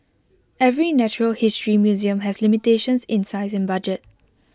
every natural history museum has limitations in size and budget